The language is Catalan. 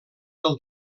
del